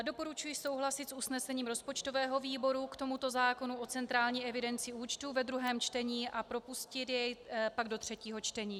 Doporučuji souhlasit s usnesením rozpočtového výboru k tomuto zákonu o centrální evidenci účtů ve druhém čtení a propustit jej do třetího čtení.